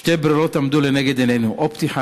שתי ברירות עמדו לנגד עינינו: או פתיחה